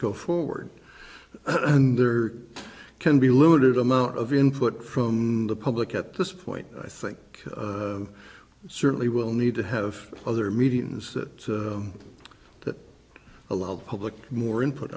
go forward and there can be limited amount of input from the public at this point i think certainly we'll need to have other meetings that that allow the public more input